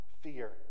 fear